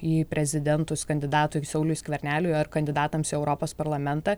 į prezidentus kandidatui sauliui skverneliui ar kandidatams į europos parlamentą